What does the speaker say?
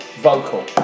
Vocal